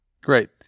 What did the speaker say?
Great